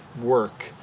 work